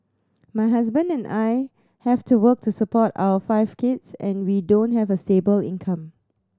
my husband and I have to work to support our five kids and we don't have a stable income